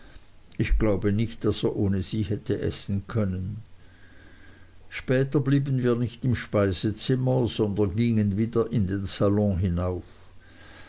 ich glaube nicht daß er ohne sie hätte essen können später blieben wir nicht im speisezimmer sondern gingen wieder in den salon hinauf